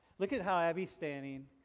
look at how abby standing.